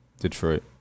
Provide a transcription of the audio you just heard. Detroit